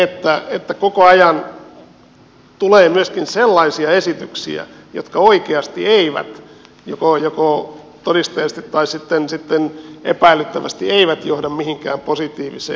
koko ajan tulee myöskin sellaisia esityksiä jotka oikeasti joko todisteellisesti tai sitten epäiltävästi eivät johda mihinkään positiiviseen